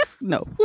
No